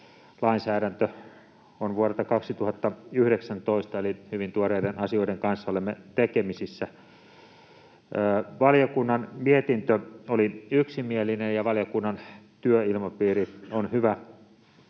Lainsäädäntö on vuodelta 2019, eli hyvin tuoreiden asioiden kanssa olemme tekemisissä. Valiokunnan mietintö oli yksimielinen, ja valiokunnan työilmapiiri on hyvä.